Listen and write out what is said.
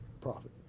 profit